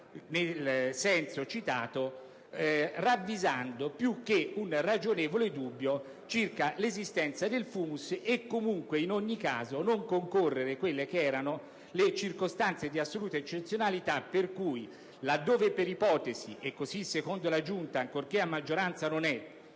nel senso citato, ravvisando più che un ragionevole dubbio circa l'esistenza del *fumus* e, in ogni caso, ritenendo che non ricorrano le circostanze di assoluta eccezionalità per cui, laddove per ipotesi - e così secondo la Giunta, ancorché a maggioranza, non è